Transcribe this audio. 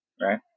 right